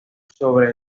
sobre